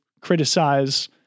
criticize